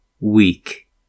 weak